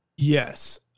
Yes